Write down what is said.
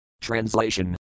Translation